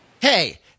hey